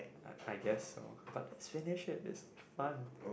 I guess but is finish it is fun